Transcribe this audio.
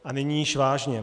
A nyní již vážně.